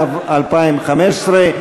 עוד הפעם מחיאות כפיים?